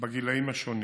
בגילים השונים.